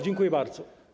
Dziękuję bardzo.